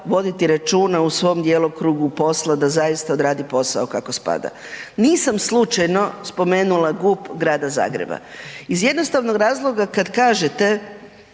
voditi računa u svom djelokrugu posla da zaista odradi posao kako spada. Nisam slučajno spomenula GUP Grada Zagreba. Iz jednostavnog razloga kad kažete